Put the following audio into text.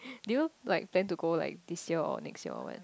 you know like plan to go like this year or next year or when